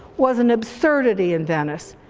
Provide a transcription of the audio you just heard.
was an absurdity in venice.